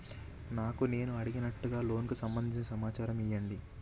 నాకు నేను అడిగినట్టుగా లోనుకు సంబందించిన సమాచారం ఇయ్యండి?